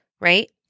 right